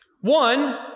One